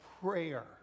prayer